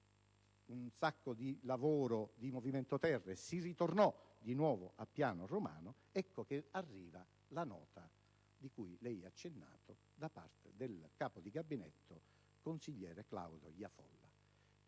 un sacco di movimento terra, e si tornò di nuovo a Piano Romano, arriva la nota - cui lei ha accennato - da parte del capo di Gabinetto consigliere Claudio Iafolla.